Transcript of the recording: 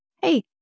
hey